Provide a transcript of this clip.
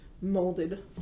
molded